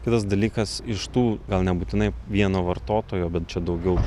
kitas dalykas iš tų gal nebūtinai vieno vartotojo bet čia daugiau